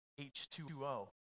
H2O